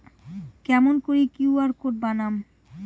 কেমন করি QR code বানাম?